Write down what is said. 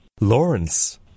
Lawrence